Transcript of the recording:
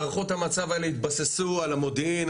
הערכות המצב האלה התבססו על המודיעין,